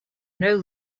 know